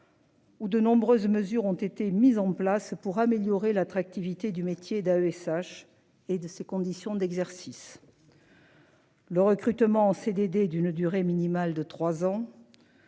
Où de nombreuses mesures ont été mises en place pour améliorer l'attractivité du métier d'AESH et de ses conditions d'exercice.-- Le recrutement en CDD d'une durée minimale de 3 ans.